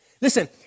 Listen